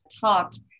talked